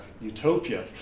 utopia